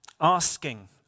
Asking